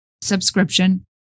subscription